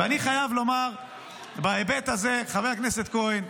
ואני חייב לומר בהיבט הזה, חבר הכנסת כהן,